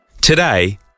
Today